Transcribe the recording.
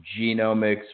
genomics